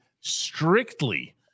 strictly